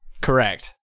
Correct